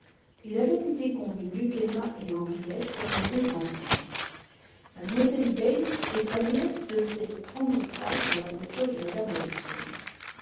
il avait été convenu qu'emma et henriette feraient route ensemble mlle bates et sa nièce devaient prendre place dans la voiture de mme elton